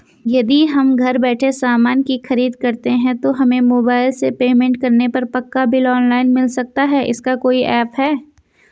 यदि हम घर बैठे सामान की खरीद करते हैं तो हमें मोबाइल से पेमेंट करने पर पक्का बिल ऑनलाइन मिल सकता है इसका कोई ऐप है